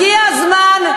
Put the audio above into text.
הגיע הזמן,